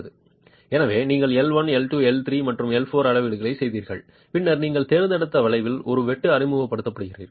எனவே நீங்கள் L 1 L 2 L 3 மற்றும் L 4 அளவீடுகளை செய்கிறீர்கள் பின்னர் நீங்கள் தேர்ந்தெடுத்த வளைவில் ஒரு வெட்டு அறிமுகப்படுத்துகிறீர்கள்